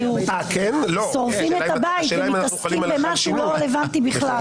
השאלה אם אנחנו --- שורפים את הבית ומתעסקים במשהו לא רלוונטי בכלל.